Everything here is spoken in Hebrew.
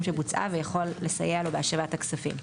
שבוצעה ויכול לסייע לו בהשבת הכספים.